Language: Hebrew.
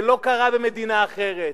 זה לא קרה במדינה אחרת,